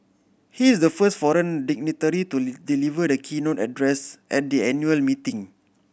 he is the first foreign dignitary to deliver the keynote address at the annual meeting